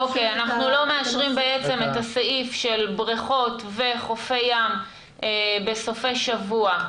אנחנו לא מאשרים את הסעיף של בריכות וחופי ים בסופי שבוע.